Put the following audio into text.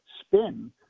spin